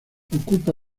ocupa